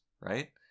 right